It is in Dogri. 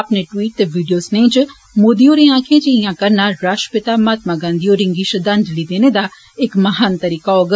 अपने ट्वीट ते वीडियो स्नेह च मोदी होरें आक्खेआ जे इयां करना राश्ट्रपिता महात्मा गांधी होरें गी श्रद्वांजलि देने दा इक महान तरीका होग